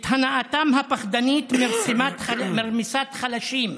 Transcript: את הנאתם הפחדנית מרמיסת חלשים,